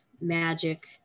magic